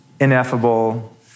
ineffable